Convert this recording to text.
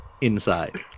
inside